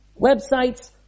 websites